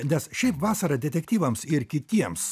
nes šiaip vasarą detektyvams ir kitiems